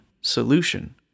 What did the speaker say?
solution